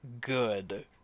good